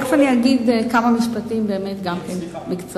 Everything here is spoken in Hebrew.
תיכף אני אגיד כמה משפטים, בקצרה.